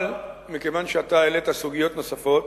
אבל מכיוון שאתה העלית סוגיות נוספות,